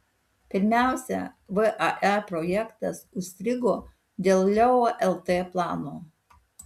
pirmiausia vae projektas užstrigo dėl leo lt plano